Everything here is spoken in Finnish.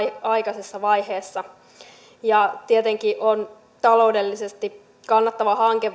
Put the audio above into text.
aikaisessa vaiheessa tietenkin tällainen on taloudellisesti kannattava hanke